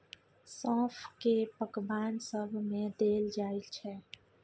सौंफ केँ पकबान सब मे देल जाइ छै